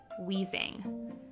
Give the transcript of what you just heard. wheezing